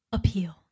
Appeal